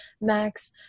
Max